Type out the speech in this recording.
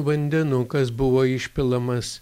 vandenukas buvo išpilamas